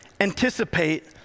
anticipate